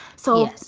so,